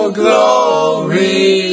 glory